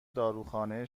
داروخانه